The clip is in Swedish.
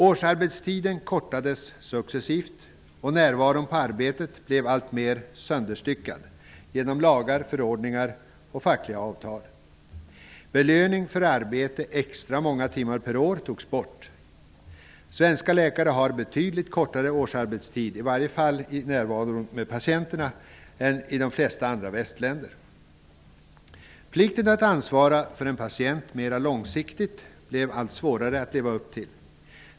Årsarbetstiden kortades successivt, och närvaron på arbetet blev alltmer söderstyckad genom lagar, förordningar och fackliga avtal. Belöning för att man arbetat extra många timmar per år togs bort. Svenska läkare har betydligt kortare årsarbetstid, i alla fall i närvaro av patienterna, än i de flesta andra västländer. Plikten att ansvara för en patient mera långsiktigt blev allt svårare att leva upp till.